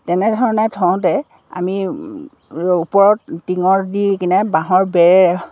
তেনেধৰণে থওঁতে আমি ওপৰত টিঙৰ দি কিনে বাঁহৰ বেৰ